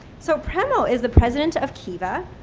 so, premal is the president of kiva.